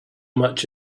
much